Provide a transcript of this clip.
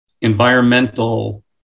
environmental